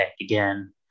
again